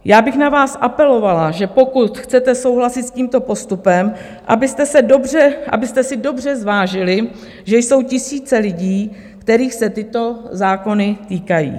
Já bych na vás apelovala, že pokud chcete souhlasit s tímto postupem, abyste si dobře zvážili, že jsou tisíce lidí, kterých se tyto zákony týkají.